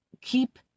keep